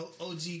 OG